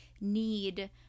need